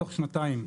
בתוך שנתיים,